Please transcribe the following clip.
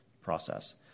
process